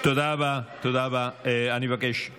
היא לא תצביע בעד,